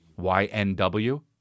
YNW